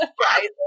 Surprising